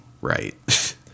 right